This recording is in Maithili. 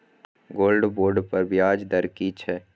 गोल्ड बोंड पर ब्याज दर की छै?